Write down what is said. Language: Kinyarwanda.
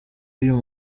uyu